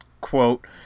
quote